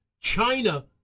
China